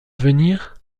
venir